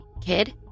Kid